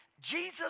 Jesus